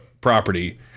property